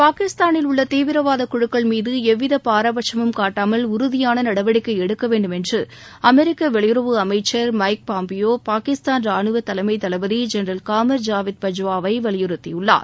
பாகிஸ்தானில் உள்ள தீவிரவாத குழுக்கள் மீது எவ்வித பாரபட்சமும் காட்டமல் உறுதியாள நடவடிக்கை எடுக்கவேண்டும் என்று அமெரிக்க வெளியுறவு அமைச்சர் மைக் பாம்பியோ பாகிஸ்தான் ரானுவ தலைமை தளபதி ஜென்ரல் காமர் ஜாவித் பஜ்வாவை வலியுறுத்தியுள்ளார்